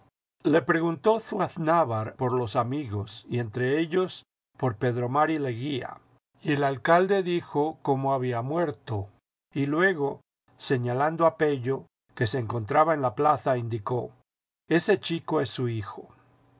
le preguntó zuaznavar por los amigos y entre ellos por pedro mari leguía y el alcalde dijo cómo había muerto y luego señalando a pello que se encontraba en la plaza indicó ese chico es su hijo